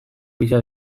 giza